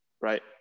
right